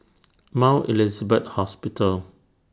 Mount Elizabeth Hospital